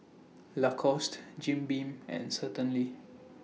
Lacoste Jim Beam and Certainty